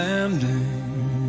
Landing